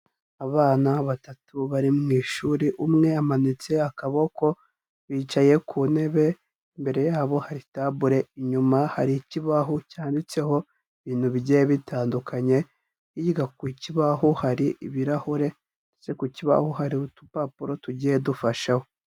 Abana batatu bari mu ishuri umwe yamanitse akaboko bicaye ku ntebe, imbere yabo hari tabule, inyuma hari ikibaho cyanditseho ibintu bigiye bitandukanye, hirya ku kibaho hari ibirahure ndetse ku kibaho hari udupapuro tugiye dufashaho.